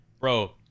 bro